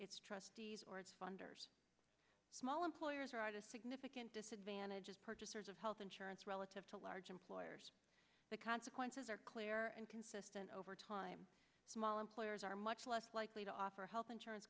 its trustees or its funders small employers or artists significant disadvantage purchasers of health insurance relative to large employers the consequences are clear and consistent over time small employers are much less likely to offer health insurance